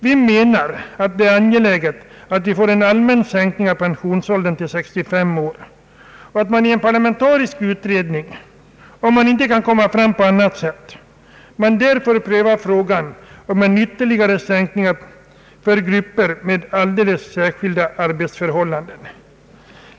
Vi menar att det är angeläget att vi får en allmän sänkning av pensionsåldern till 65 år och att en parlamentarisk utredning, om man inte kan komma fram på annat sätt, får pröva frågan om ytterligare sänkning för grupper med alldeles särskilda arbetsförhållanden.